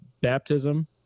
baptism